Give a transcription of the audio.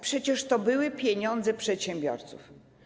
Przecież to były pieniądze przedsiębiorców.